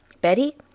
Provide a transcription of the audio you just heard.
Betty